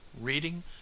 reading